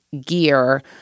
gear